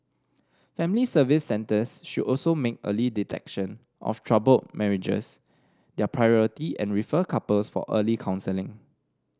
family Service Centres should also make early detection of troubled marriages their priority and refer couples for early counselling